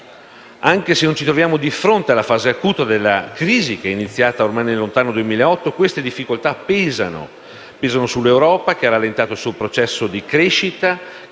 Anche se non ci troviamo di fronte alla fase acuta della crisi iniziata nel lontano 2008 queste difficoltà pesano sull'Europa, che ha rallentato il suo processo di crescita